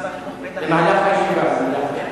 למהלך הישיבה.